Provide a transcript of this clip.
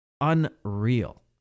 Unreal